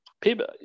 people